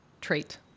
trait